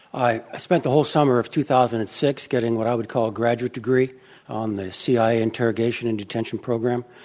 i spent the whole summer of two thousand and six getting what i would call a graduate degree on the cia interrogation and detention program.